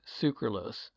sucralose